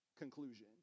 conclusion